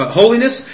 holiness